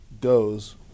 Goes